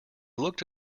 looked